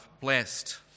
Blessed